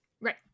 Right